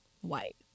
white